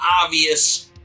obvious